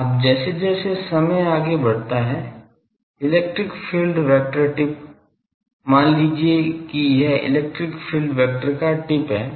अब जैसे जैसे समय आगे बढ़ता है इलेक्ट्रिक फील्ड वेक्टर टिप मान लीजिए कि यह इलेक्ट्रिक फील्ड वेक्टर का टिप है